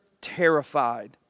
terrified